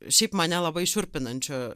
šiaip mane labai šiurpinančiu